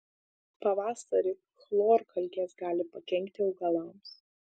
pavasarį chlorkalkės gali pakenkti augalams